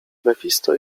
mefisto